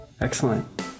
Excellent